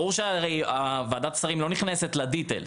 הרי ברור שוועדת השרים לא נכנסת לפרטים.